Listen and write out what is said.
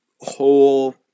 whole